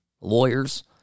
lawyers